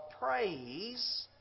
praise